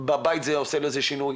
בבית זה עושה לו איזה שהוא שינוי.